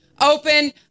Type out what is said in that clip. open